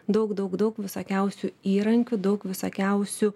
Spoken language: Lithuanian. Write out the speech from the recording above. daug daug daug visokiausių įrankių daug visokiausių